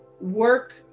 work